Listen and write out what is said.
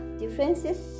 differences